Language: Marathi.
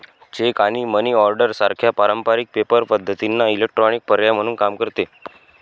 चेक आणि मनी ऑर्डर सारख्या पारंपारिक पेपर पद्धतींना इलेक्ट्रॉनिक पर्याय म्हणून काम करते